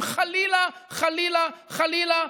אם חלילה, חלילה, חלילה,